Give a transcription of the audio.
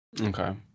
Okay